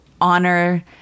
honor